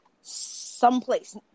someplace